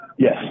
Yes